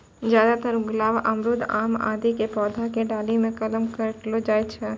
ज्यादातर गुलाब, अमरूद, आम आदि के पौधा के डाली मॅ कलम काटलो जाय छै